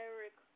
Eric